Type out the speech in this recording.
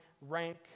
rank